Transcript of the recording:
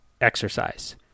exercise